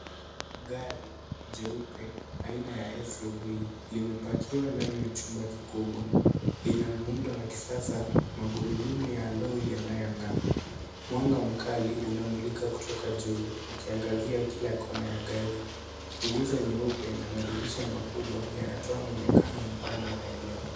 Gari jeupe aina ya SUV, limepakiwa ndani ya chumba kikubwa. Lina muundo wa kisasa, magurudumu ya alloy yanayong'aa. Mwanga mkali, unamulika kutoka juu, ukiangazia kila kona ya gari. Nguzo nyeupe na madirisha makubwa, yanatoa mwonekano mpana wa eneo.